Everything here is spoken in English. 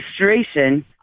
administration